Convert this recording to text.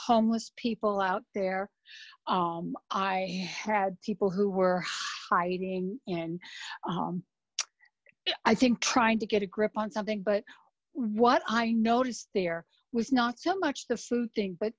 homeless people out there i had people who were hiding and i think trying to get a grip on something but what i noticed there was not so much the food thing but